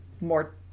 more